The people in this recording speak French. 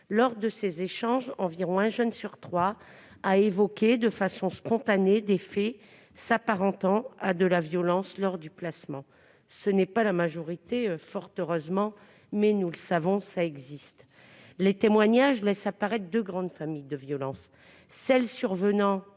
Lors de ces échanges, environ un jeune sur trois a évoqué de façon spontanée des faits s'apparentant à de la violence lors du placement. Ce n'est pas la majorité, fort heureusement, mais, nous le savons, ces faits existent. Les témoignages laissent apparaître deux grandes catégories de violences : celles survenant